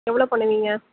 எவ்வளோ பண்ணுவீங்க